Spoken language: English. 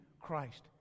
Christ